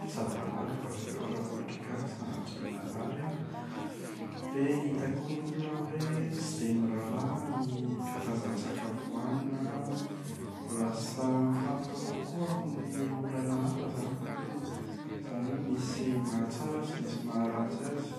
hitsabo ana rehefa avy eo raha ohatra ka sanatria marary aho. Dia hita koa ny olona hoe tsy dia miraharaha ny karazan-tsakafo ohanina an, lasa mifantoka kokoa amin’ny olana hafa izany ny olona. Izany hoe misy mahatsara sy misy maharatsy azy.